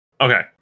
Okay